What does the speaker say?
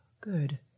Good